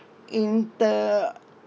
in the